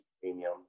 Premium